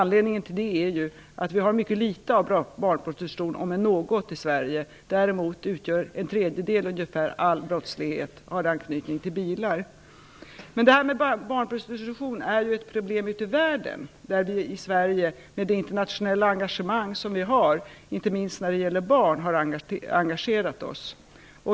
Anledningen till det är ju att vi har mycket litet av barnprostitution, om än något, i Sverige. Däremot har ungefär en tredjedel av all brottslighet anknytning till bilar. Barnprostitution är ett problem ute i världen. Vi i Sverige, med det internationella engagemang som vi har inte minst när det gäller barn, har engagerat oss.